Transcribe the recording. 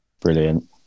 Brilliant